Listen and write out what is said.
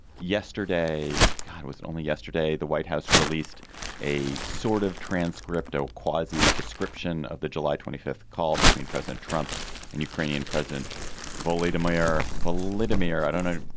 yesterday. god was only yesterday the white house released a sort of transcript or quasi description of the july twenty fifth call between president trump and ukrainian president vladimir vladimir. i don't know.